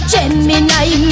Gemini